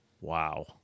Wow